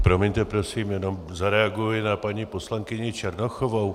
Promiňte prosím, jenom zareaguji na paní poslankyni Černochovou.